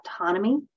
autonomy